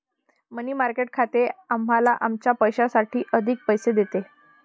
मनी market खाते आम्हाला आमच्या पैशासाठी अधिक पैसे देते